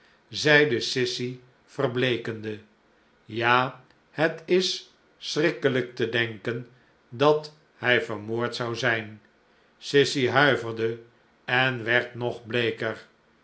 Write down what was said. zeide sissy verbleekende ja het is schrikkeliik te denken dat hij vermoord zou zijn sissy huiverde en werd nog bleeker